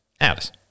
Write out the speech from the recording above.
Alice